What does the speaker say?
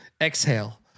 Exhale